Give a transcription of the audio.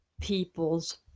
People's